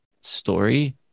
story